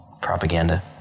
propaganda